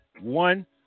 one